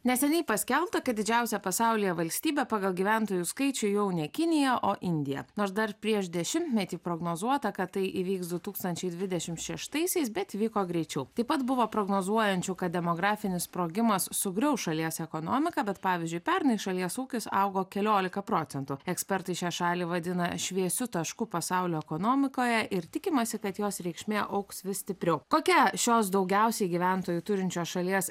neseniai paskelbta kad didžiausia pasaulyje valstybė pagal gyventojų skaičių jau ne kinija o indija nors dar prieš dešimtmetį prognozuota kad tai įvyks du tūkstančiai dvidešim šeštaisiais bet vyko greičiau taip pat buvo prognozuojančių kad demografinis sprogimas sugriaus šalies ekonomiką bet pavyzdžiui pernai šalies ūkis augo keliolika procentų ekspertai šią šalį vadina šviesiu tašku pasaulio ekonomikoje ir tikimasi kad jos reikšmė augs vis stipriau kokia šios daugiausiai gyventojų turinčios šalies